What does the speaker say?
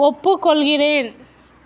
ஒப்புக் கொள்கிறேன்